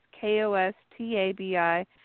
K-O-S-T-A-B-I